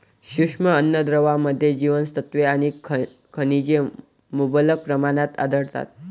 सूक्ष्म अन्नद्रव्यांमध्ये जीवनसत्त्वे आणि खनिजे मुबलक प्रमाणात आढळतात